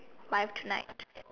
live tonight